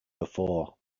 before